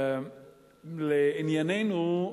לענייננו,